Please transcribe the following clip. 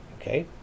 okay